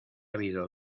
habido